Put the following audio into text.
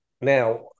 now